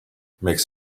makes